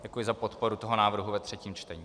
Děkuji za podporu tohoto návrhu ve třetím čtení.